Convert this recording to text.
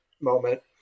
moment